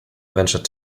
ventured